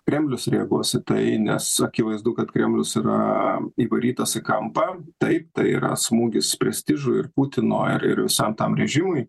kremlius reaguos į tai nes akivaizdu kad kremlius yra įvarytas į kampą taip tai yra smūgis prestižui ir putino ir visam tam režimui